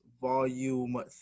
Volume